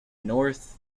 north